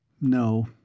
No